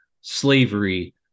slavery